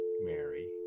Mary